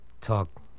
Talk